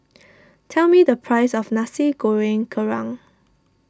tell me the price of Nasi Goreng Kerang